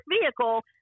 vehicle